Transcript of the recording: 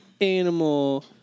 animal